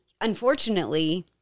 unfortunately